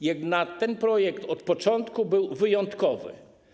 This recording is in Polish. Jednak ten projekt od początku był wyjątkowy.